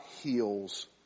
heals